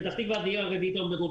היום פתח תקווה היא העיר הרביעית בגודלה,